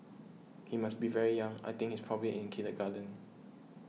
he must be very young I think he's probably in kindergarten